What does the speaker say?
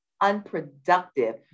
unproductive